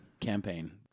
campaign